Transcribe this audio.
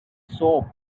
soap